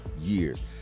years